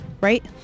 right